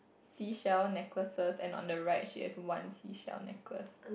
seashells necklaces and one the right she has one seashell necklace